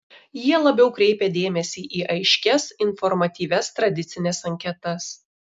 jie labiau kreipia dėmesį į aiškias informatyvias tradicines anketas